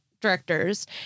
directors